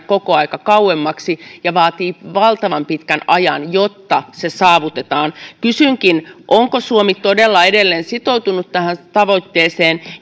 koko ajan kauemmaksi ja vaatii valtavan pitkän ajan jotta se saavutetaan kysynkin onko suomi todella edelleen sitoutunut tähän tavoitteeseen